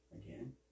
Again